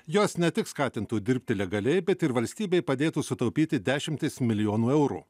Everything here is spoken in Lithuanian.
jos ne tik skatintų dirbti legaliai bet ir valstybei padėtų sutaupyti dešimtis milijonų eurų